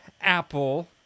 apple